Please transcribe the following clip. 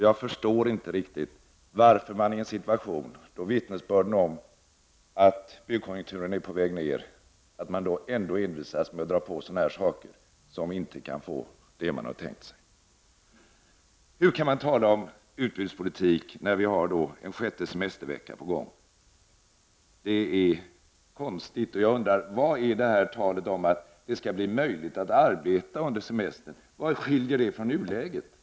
Jag förstår inte riktigt varför man, i en situation då det kommer vittnesbörd om att byggkonjunkturen är på väg ned, ändå envisas med att dra i gång sådana här saker, som inte kan få de effekter som man har tänkt sig. Hur kan man tala om utbudspolitik, när en sjätte semestervecka är på gång? Det är konstigt. Vad betyder talet om att det skall bli möjligt att arbeta under semestern? Vad skiljer det från nuläget?